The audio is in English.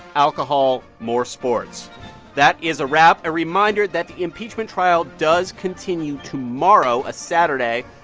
alcohol, more sports that is a wrap. a reminder that the impeachment trial does continue tomorrow, a saturday,